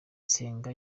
nsenga